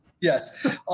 Yes